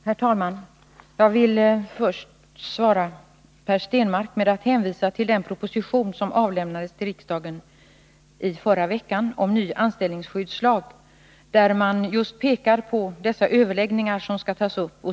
Herr talman! Jag vill först svara Per Stenmarck med att hänvisa till den proposition som avlämnades till riksdagen i förra veckan om ny anställnings skyddslag, där man just pekar på de överläggningar som skall tas upp.